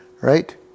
right